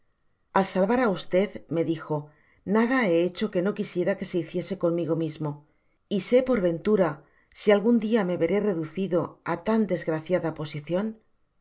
al salvar á v me dijo nada he hecho que no quisiera que se hiciese conmigo mismo y sé por ventura si algun dia me veré reducido á tan desgraciada posicion